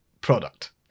product